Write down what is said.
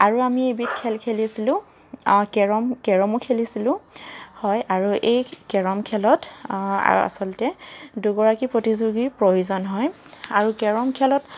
আৰু আমি এবিধ খেল খেলিছিলোঁ কেৰম কেৰমো খেলিছিলোঁ হয় এই কেৰম খেলত আচলতে দুগৰাকী প্ৰতিযোগীৰ প্ৰয়োজন হয় আৰু কেৰম খেলত